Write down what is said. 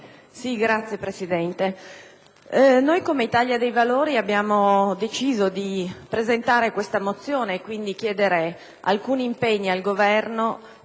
Signora Presidente, come Italia dei Valori abbiamo deciso di presentare questa mozione e quindi di chiedere alcuni impegni al Governo,